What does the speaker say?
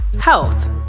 health